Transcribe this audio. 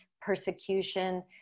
persecution